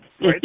right